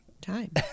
time